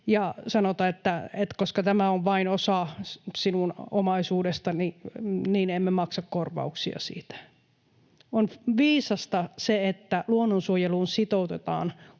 ja sanota, että koska tämä on vain osa sinun omaisuudestasi, niin emme maksa korvauksia siitä. On viisasta se, että luonnonsuojeluun sitoutetaan